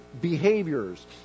behaviors